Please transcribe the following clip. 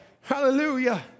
Hallelujah